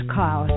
Call